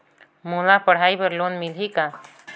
मोला पढ़ाई बर लोन मिलही का?